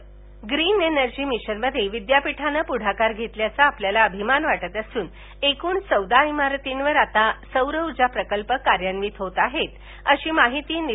green energy मिशनमध्ये विद्यापीठानं पुढाकार घेतल्याचा आपल्याला अभिमान वाटत असून एकूण चौदा इमारतींवर आता सौरऊर्जा प्रकल्प कार्यान्वित होत आहे अशी माहिती कुलगुरू प्रा